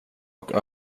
och